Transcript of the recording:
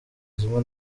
zimwe